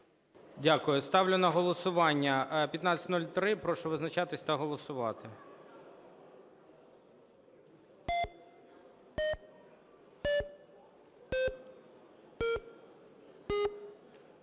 Дякую. Ставлю на голосування 1503. Прошу визначатись та голосувати.